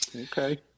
Okay